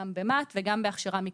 גם במה"ט וגם בהכשרה מקצועית.